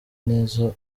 neza